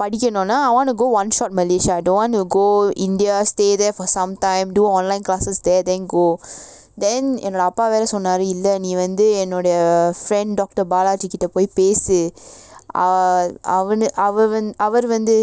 படிக்கனும்னா:naa padikanumnaa I want to go one shot malaysia I don't want to go india stay there for some time do online classes there then go then என்னோட அப்பா வேற சொன்னாரு இல்ல நீ வந்து என்னோட:ennoda appa vera sonnaaru illa nee ennoda friend doctor bala கிட்ட போய் பேசு அவன் அவர் வந்து:kitta poi pesu avan avar vanthu